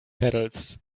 pedals